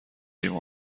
ریم